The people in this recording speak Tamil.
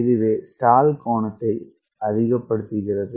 இதுவே ஸ்டால் கோணத்தை அதிகப்படுத்துகிறது